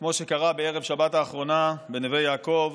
כמו שקרה בערב השבת האחרונה בנווה יעקב